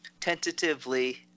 tentatively